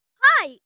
Hi